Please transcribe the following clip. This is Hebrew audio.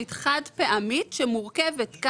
אנחנו יודעים איך היא מפרנסת אותנו,